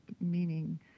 meaning